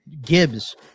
Gibbs